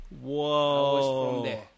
Whoa